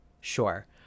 Sure